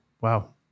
wow